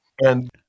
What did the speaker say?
And-